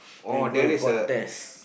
we go contest